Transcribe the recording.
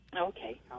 Okay